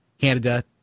Canada